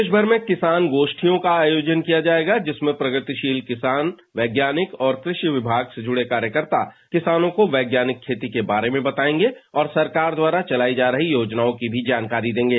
प्रदेशभर में किसान गोष्ठियों का आयोजन किया जाएगा जिसमें प्रगतिशील किसान वैज्ञानिक और कृषि विभाग से जुड़े कार्यकर्ता किसानों को वैज्ञानिक खेती के बारे में बताएंगे और सरकार द्वारा चलाई जा रही योजनाओं की भी जानकारी देंगे